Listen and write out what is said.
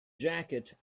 jacket